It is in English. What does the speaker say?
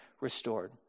restored